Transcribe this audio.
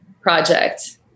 project